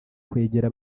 kwegera